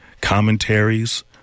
commentaries